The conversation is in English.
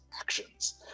actions